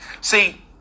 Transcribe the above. See